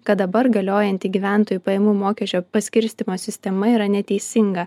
kad dabar galiojanti gyventojų pajamų mokesčio paskirstymo sistema yra neteisinga